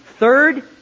Third